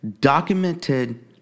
documented